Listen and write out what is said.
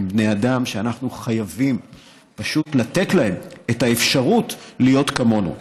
הם בני אדם שאנחנו חייבים לתת להם אפשרות להיות כמונו.